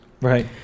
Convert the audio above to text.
Right